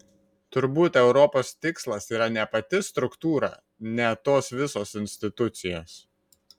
turbūt europos tikslas yra ne pati struktūra ne tos visos institucijos